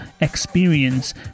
experience